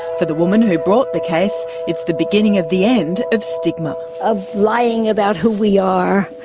for the woman who who brought the case, it's the beginning of the end of stigma. of lying about who we are,